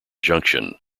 junction